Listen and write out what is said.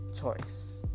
choice